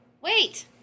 Wait